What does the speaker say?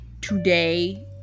today